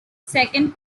second